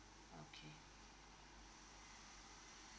okay